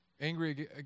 angry